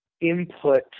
input